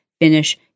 finish